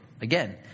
again